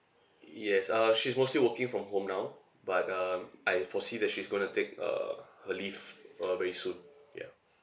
yes uh she's mostly working from home now but um I foresee that she's gonna take uh her leave uh very soon ya